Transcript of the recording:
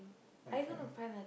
okay